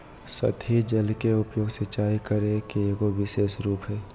सतही जल के उपयोग, सिंचाई करे के एगो विशेष रूप हइ